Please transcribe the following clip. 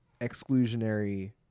exclusionary